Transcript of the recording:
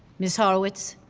ms. horowitz?